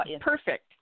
perfect